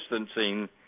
distancing